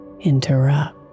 interrupt